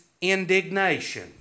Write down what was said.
indignation